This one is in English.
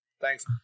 thanks